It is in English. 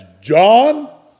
John